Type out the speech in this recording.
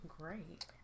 Great